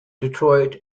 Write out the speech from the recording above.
detroit